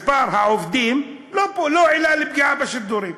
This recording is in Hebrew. מספר העובדים הוא לא עילה לפגיעה בשידורים?